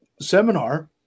seminar